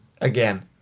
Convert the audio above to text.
again